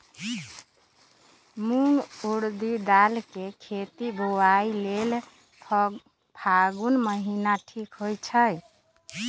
मूंग ऊरडी दाल कें खेती बोआई लेल फागुन महीना ठीक होई छै